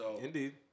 Indeed